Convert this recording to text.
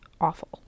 awful